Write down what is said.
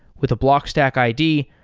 with a blockstack id,